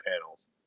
panels